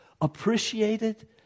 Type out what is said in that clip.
appreciated